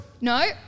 No